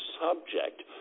subject